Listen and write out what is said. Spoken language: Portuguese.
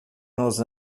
nos